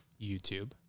YouTube